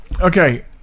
Okay